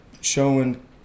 showing